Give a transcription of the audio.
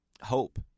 hope